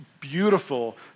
beautiful